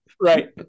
Right